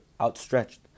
outstretched